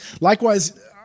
Likewise